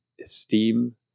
esteem